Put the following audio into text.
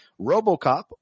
Robocop